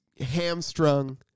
hamstrung